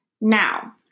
Now